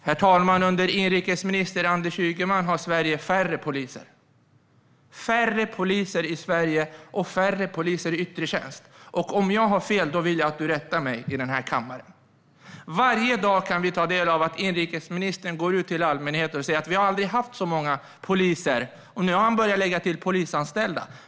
Herr talman! Under inrikesminister Anders Ygeman har Sverige färre poliser, även i yttre tjänst. Om jag har fel vill jag att du, Anders Ygeman, rättar mig i denna kammare. Varje dag kan vi höra inrikesministern gå ut till allmänheten och säga att vi aldrig har haft så många poliser, och nu har han börjat lägga till polisanställda.